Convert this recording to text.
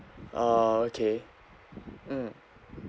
oh okay mm